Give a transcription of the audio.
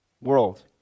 world